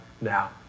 now